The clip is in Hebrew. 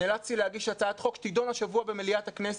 נאלצתי להגיש הצעת חוק שתידון השבוע במליאת הכנסת,